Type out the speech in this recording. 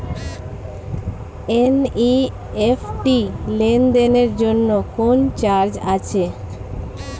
NEFT লেনদেনের জন্য কোন চার্জ আছে?